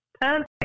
perfect